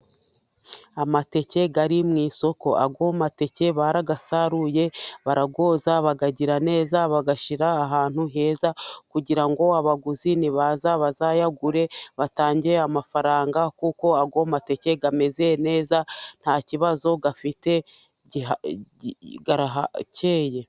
Amateke ari mu isoko, ayo amateke barayasaruye, barayoza bayagira neza, bayashyira ahantu heza, kugira ngo abaguzi nibaza bazayagura batange amafaranga, kuko ayo mateke ameze neza ntakibazo afite arakeye.